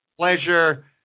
pleasure